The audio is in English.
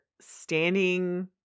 standing